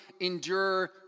endure